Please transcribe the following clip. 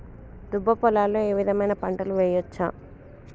దుబ్బ పొలాల్లో ఏ విధమైన పంటలు వేయచ్చా?